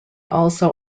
also